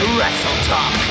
WrestleTalk